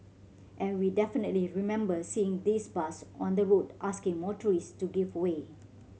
and we definitely remember seeing this bus on the road asking motorists to give way